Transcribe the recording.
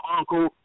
uncle